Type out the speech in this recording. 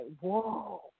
whoa